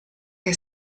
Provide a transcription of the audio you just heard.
che